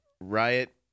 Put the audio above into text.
riot